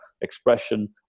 expression